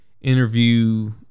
interview